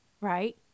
right